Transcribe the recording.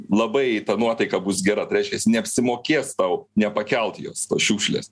labai ta nuotaika bus gera tai reiškia neapsimokės tau nepakelt jos tos šiukšlės